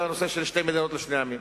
לנושא של שתי מדינות לשני עמים,